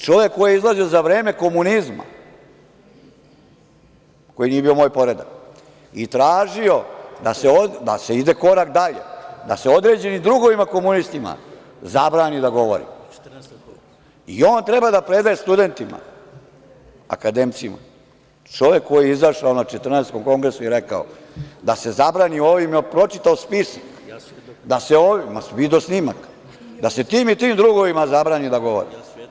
Čovek koji je izlazio za vreme komunizma, koji nije bio moj poredak, i tražio da se ide korak dalje, da se određenim drugovima komunistima zabrani da govore, i on treba da predaje studentima, akademcima, čovek koji je izašao na Četrnaestom kongresu i rekao da se zabrani, pročitao spisak, video snimak, da se tim i tim drugovima zabrani da govore.